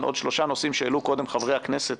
עוד שלושה נושאים שהעלו קודם חברי הכנסת